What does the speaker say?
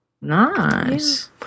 Nice